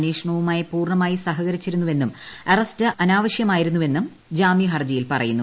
അന്വേഷണവുമായി പൂർണമായി സഹരിച്ചിരുന്നുവെന്നും അറസ്റ്റ് അനാവശ്യമായിരുന്നു വെന്നും ജാമ്യഹർജിയിൽ പറയുന്നു